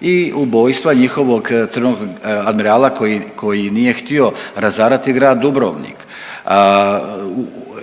i ubojstva njihovog admirala koji nije, nije htio razarati grad Dubrovnik.